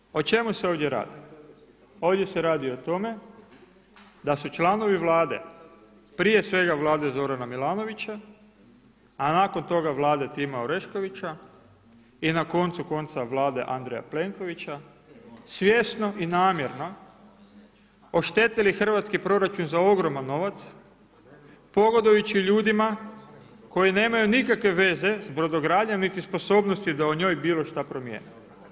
Prema tome, o čemu se ovdje radi? ovdje se radi o tome da su članovi vlade prije svega vlade Zorana Milanovića, a nakon toga vlade Tima Oreškovića i na koncu konca Vlade Andreja Plenkovića svjesno i namjerno oštetili hrvatski proračun za ogroman novac pogodujući ljudima koji nemaju nikakve veze s brodogradnjom niti sposobnosti da o njoj bilo šta promijene.